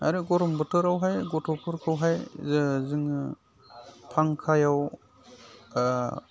आरो गरम बोथोरावहाय गथ'फोरखौहाय जोङो फांखायाव